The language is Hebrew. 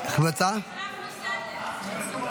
זה הסדר.